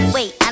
Wait